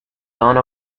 done